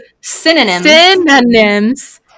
Synonyms